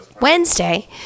Wednesday